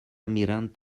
mirant